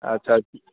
अच्छा